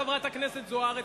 חברת הכנסת זוארץ,